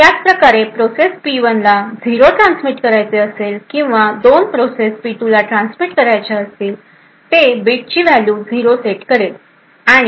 त्याच प्रकारे processor P 1 ला झिरो ट्रान्समिट करायचे असेल किंवा 2 प्रोसेस पी2 ला ट्रान्समिट करायच्या असतील ते बीटची व्हॅल्यू झिरो सेट करेल